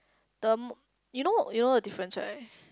term~ you know you know the difference right